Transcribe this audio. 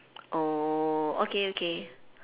oh okay okay